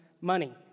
money